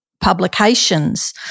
publications